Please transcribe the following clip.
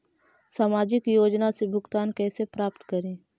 सामाजिक योजना से भुगतान कैसे प्राप्त करी?